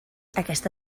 aquesta